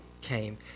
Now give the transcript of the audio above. came